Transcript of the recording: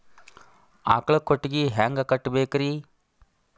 ಆಕಳ ಕೊಟ್ಟಿಗಿ ಹ್ಯಾಂಗ್ ಕಟ್ಟಬೇಕ್ರಿ?